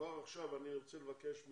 כבר עכשיו אני ארצה לבקש,